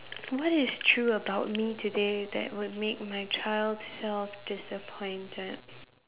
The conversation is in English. what is true about me today that would make my child self disappointed